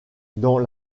dans